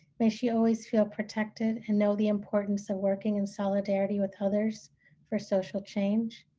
may she always feel protected and know the importance of working in solidarity with others for social change,